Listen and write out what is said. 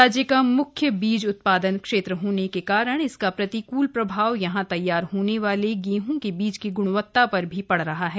राज्य का मुख्य बीज उत्पादन क्षेत्र होने के कारण इसका प्रतिकूल प्रभाव यहां तैयार होने वाले गेहूं बीज की गुणवत्ता पर भी पड़ रहा है